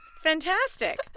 Fantastic